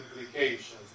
implications